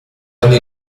anni